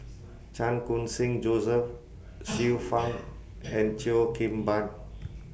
Chan Khun Sing Joseph Xiu Fang and Cheo Kim Ban